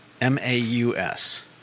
M-A-U-S